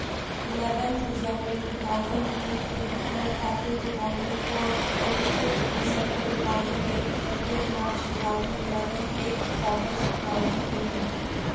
eleventh January two thousand two twenty third April two thousand four twenty fifth December two thousand eight thirty eight March two thousand eleven eight August two thousand eighteen